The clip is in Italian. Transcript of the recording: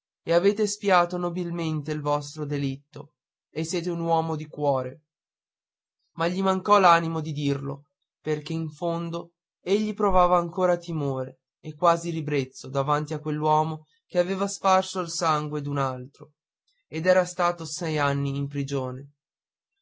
e avete espiato nobilmente il vostro delitto e siete un uomo di cuore ma gli mancò l'animo di dirlo perché in fondo egli provava ancora timore e quasi ribrezzo davanti a quell'uomo che aveva sparso il sangue d'un altro ed era stato sei anni in prigione